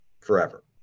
forever